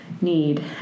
need